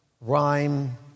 rhyme